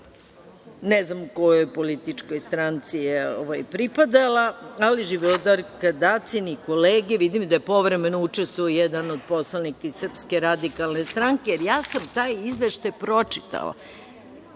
Ne znam kojoj političkoj stranci je pripadala, ali Živodarka Dacin i kolege, vidim da je povremeno učestvovao jedan od poslanika iz Srpske radikalne stranke, jer ja sam taj izveštaj pročitala.